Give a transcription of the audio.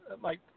Mike